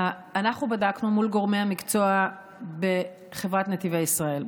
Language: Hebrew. אנחנו בדקנו מול גורמי המקצוע בחברת נתיבי ישראל.